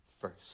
first